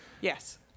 Yes